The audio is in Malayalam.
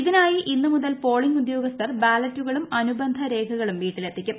ഇതിനായി ഇന്നുമുതൽ പോളിങ് ഉദ്യോഗസ്ഥർ ബാലറ്റുകളും അനുബന്ധ രേഖകളും വീട്ടിലെത്തിക്കും